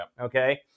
Okay